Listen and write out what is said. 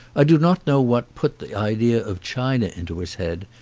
i do not know what put the idea of china into his head,